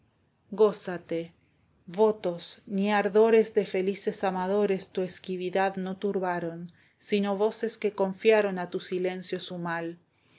gózate votos ni ardores de felices amadores tu esquividad no turbaron sino voces que confiaron a tu silencio su mal